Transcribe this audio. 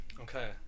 Okay